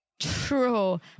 True